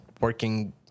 working